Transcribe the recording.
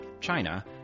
China